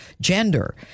gender